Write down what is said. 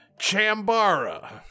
Chambara